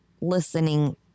listening